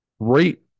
great